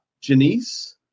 Janice